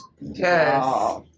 Yes